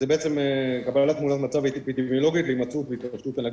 זה בעצם קבלת תמונת מצב אפידמיולוגית להימצאות ולהתפשטות הנגיף,